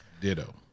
Ditto